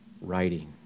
writing